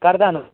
उपकारता नू